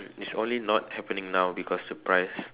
is only not happening now because the price